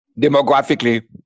demographically